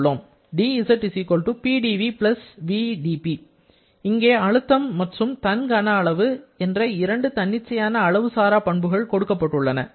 dz Pdv vdP இங்கே அழுத்தம் மற்றும் தன் கன அளவு என்ற இரண்டு தன்னிச்சையான அளவு சாரா பண்புகள் கொடுக்கப்பட்டுள்ளன